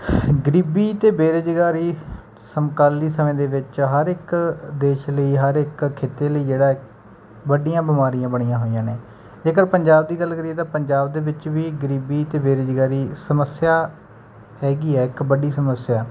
ਗਰੀਬੀ ਅਤੇ ਬੇਰੁਜ਼ਗਾਰੀ ਸਮਕਾਲੀ ਸਮੇਂ ਦੇ ਵਿੱਚ ਹਰ ਇੱਕ ਦੇਸ਼ ਲਈ ਹਰ ਇੱਕ ਖਿੱਤੇ ਲਈ ਜਿਹੜਾ ਵੱਡੀਆਂ ਬਿਮਾਰੀਆਂ ਬਣੀਆਂ ਹੋਈਆਂ ਨੇ ਜੇਕਰ ਪੰਜਾਬ ਦੀ ਗੱਲ ਕਰੀਏ ਤਾਂ ਪੰਜਾਬ ਦੇ ਵਿੱਚ ਵੀ ਗਰੀਬੀ ਅਤੇ ਬੇਰੁਜ਼ਗਾਰੀ ਸਮੱਸਿਆ ਹੈਗੀ ਹੈ ਇੱਕ ਵੱਡੀ ਸਮੱਸਿਆ